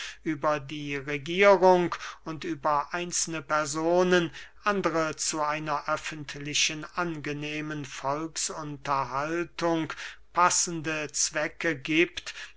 über die regierung und über einzelne personen andere zu einer öffentlichen angenehmen volksunterhaltung passende zwecke giebt